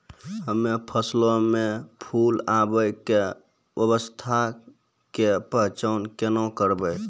हम्मे फसलो मे फूल आबै के अवस्था के पहचान केना करबै?